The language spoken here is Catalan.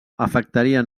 afectarien